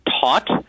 taught